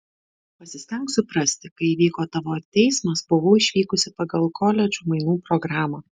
pasistenk suprasti kai įvyko tavo teismas buvau išvykusi pagal koledžų mainų programą